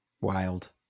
Wild